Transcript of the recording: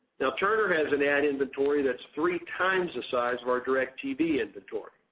now turner has an ad inventory that's three times the size of our directv inventory.